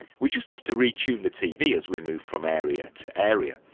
we just have to re-tune the tv as we move from area to area.